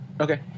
Okay